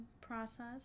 process